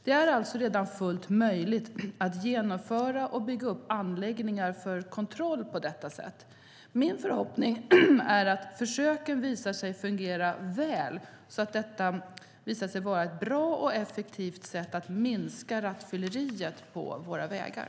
Det är alltså redan fullt möjligt att genomföra och bygga upp anläggningar för kontroll på detta sätt. Min förhoppning är att försöken visar sig fungera väl så att detta visar sig vara ett bra och effektivt sätt att minska rattfylleriet på våra vägar.